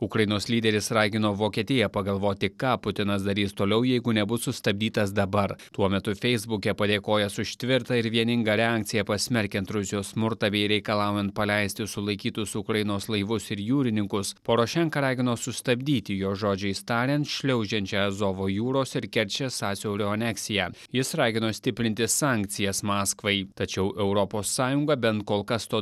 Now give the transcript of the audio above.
ukrainos lyderis ragino vokietiją pagalvoti ką putinas darys toliau jeigu nebus sustabdytas dabar tuo metu feisbuke padėkojęs už tvirtą ir vieningą reakciją pasmerkiant rusijos smurtą bei reikalaujant paleisti sulaikytus ukrainos laivus ir jūrininkus porošenka ragino sustabdyti jo žodžiais tariant šliaužiančią azovo jūros ir kerčės sąsiaurio aneksiją jis ragino stiprinti sankcijas maskvai tačiau europos sąjunga bent kol kas to